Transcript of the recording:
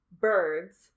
birds